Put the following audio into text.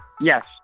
Yes